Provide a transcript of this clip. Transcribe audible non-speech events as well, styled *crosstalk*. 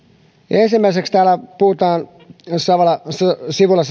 ensimmäiseksi täällä puhutaan sivulla *unintelligible*